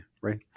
right